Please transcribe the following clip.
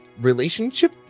relationship